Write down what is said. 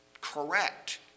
correct